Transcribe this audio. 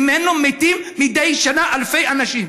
ממנו מתים מדי שנה אלפי אנשים.